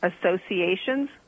Associations